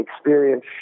experience